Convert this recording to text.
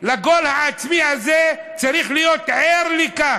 לגול העצמי הזה צריך להיות ער לכך,